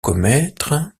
commettre